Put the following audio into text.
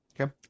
Okay